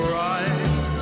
right